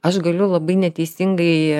aš galiu labai neteisingai